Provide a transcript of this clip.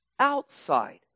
Outside